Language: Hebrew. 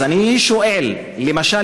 אז אני שואל: למשל,